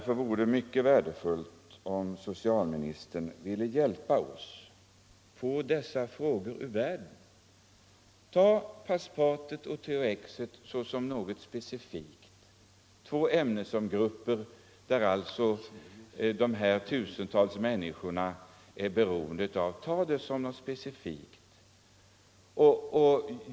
Det vore mycket värdefullt om socialministern ville hjälpa oss att få denna fråga ur världen. Tag Paspat och THX som något specifikt, två 25 ämnesgrupper som tusentals människor är beroende av.